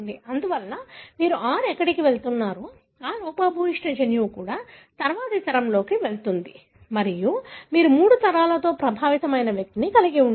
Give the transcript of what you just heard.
అందువల్ల మీరు 6 ఎక్కడికి వెళుతున్నారో ఆ లోపభూయిష్ట జన్యువు కూడా తరువాతి తరంలో వెళుతుంది మరియు మీరు మూడు తరాలలో ప్రభావితమైన వ్యక్తిని కలిగి ఉంటారు